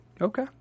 Okay